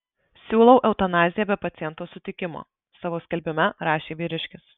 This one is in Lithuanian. siūlau eutanaziją be paciento sutikimo savo skelbime rašė vyriškis